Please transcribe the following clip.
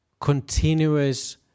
continuous